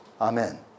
Amen